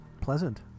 pleasant